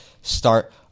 start